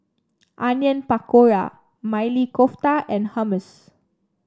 Onion Pakora Maili Kofta and Hummus